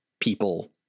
people